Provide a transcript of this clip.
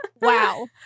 wow